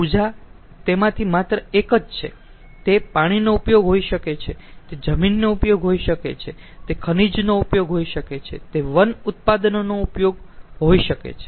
ઊર્જા તેમાંથી માત્ર એક જ છે તે પાણીનો ઉપયોગ હોઈ શકે છે તે જમીનનો ઉપયોગ હોઈ શકે છે તે ખનિજનો ઉપયોગ હોઈ શકે છે તે વન ઉત્પાદનોનો ઉપયોગ હોઇ શકે છે